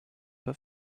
but